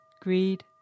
greed